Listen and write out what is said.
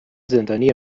زندانی